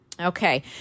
Okay